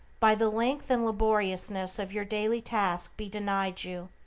by the length and laboriousness of your daily task be denied you,